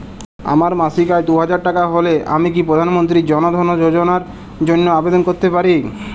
আমার মাসিক আয় দুহাজার টাকা হলে আমি কি প্রধান মন্ত্রী জন ধন যোজনার জন্য আবেদন করতে পারি?